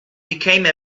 became